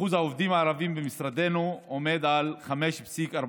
אחוז העובדים הערבים במשרדנו עומד על 5.14%,